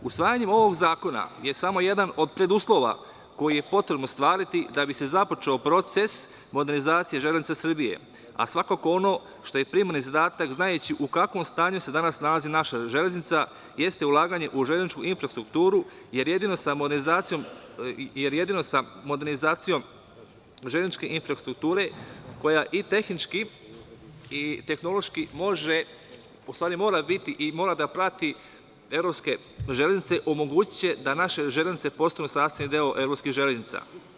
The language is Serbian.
Usvajanje ovog zakona je samo jedan od preduslova koji je potrebno ostvariti da bi se započeo proces modernizacije „Železnice Srbije“, a svakako ono što je primarni zadatak, znajući u kakvom stanju se danas nalazi naša železnica, jeste ulaganje u železničku infrastrukturu, jer jedino sa modernizacijom železničke infrastrukture, koja i tehnički i tehnološki mora biti i mora da prati evropske železnice, omogućiće da naše železnice postanu sastavni deo evropskih železnica.